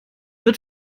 wird